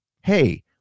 Hey